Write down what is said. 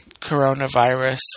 coronavirus